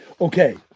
Okay